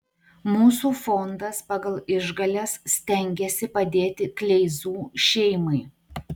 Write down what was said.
mūsų fondas pagal išgales stengiasi padėti kleizų šeimai